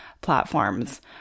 platforms